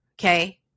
Okay